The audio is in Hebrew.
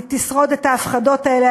היא תשרוד את ההפחדות האלה,